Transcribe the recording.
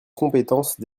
compétences